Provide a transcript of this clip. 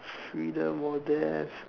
freedom or death